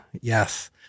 yes